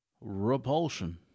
repulsion